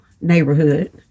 neighborhood